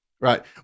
Right